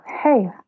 Hey